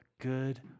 good